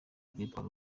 kuyitwara